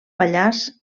pallars